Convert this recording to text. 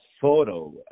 photo